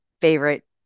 favorite